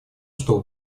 чтобы